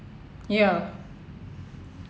ya